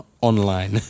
online